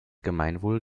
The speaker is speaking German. gemeinwohl